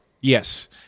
yes